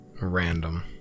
random